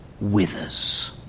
withers